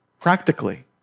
practically